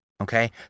okay